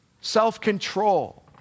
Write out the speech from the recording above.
self-control